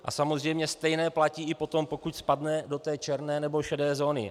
A samozřejmě stejné platí i potom, pokud spadne do té černé nebo šedé zóny.